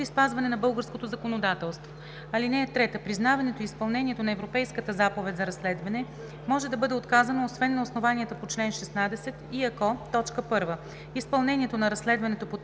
спазване на българското законодателство. (3) Признаването и изпълнението на Европейската заповед за разследване може да бъде отказано, освен на основанията по чл. 16, и ако: 1. изпълнението на разследването под